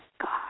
God